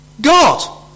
God